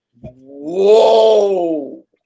Whoa